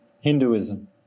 Hinduism